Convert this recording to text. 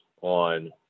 on